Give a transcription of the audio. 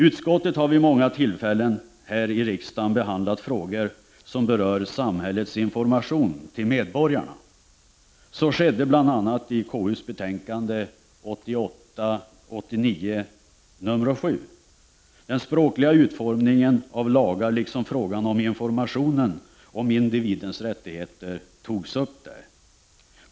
Utskottet har vid många tillfällen här i riksdagen behandlat frågor som berör samhällets information till medborgarna. Så skedde bl.a. i KU:s betänkande 1988/89:7. Den språkliga utformningen av lagar liksom frågan om informationen om individens rättigheter togs upp där.